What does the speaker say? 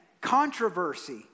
controversy